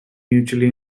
mutually